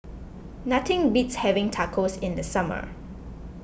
nothing beats having Tacos in the summer